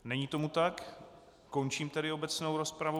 Není tomu tak, končím tedy obecnou rozpravu.